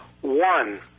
One